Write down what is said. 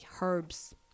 herbs